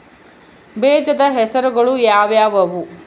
ಬೇಜದ ಹೆಸರುಗಳು ಯಾವ್ಯಾವು?